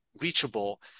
reachable